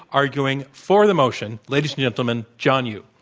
arguing for the motion. ladies and gentlemen, john yoo.